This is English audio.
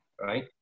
right